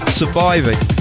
surviving